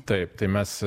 taip tai mes